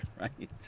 Right